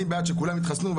אני בעד שכולם יתחסנו,